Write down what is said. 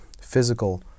physical